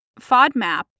FODMAP